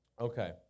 Okay